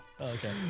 Okay